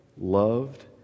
loved